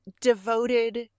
devoted